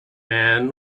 man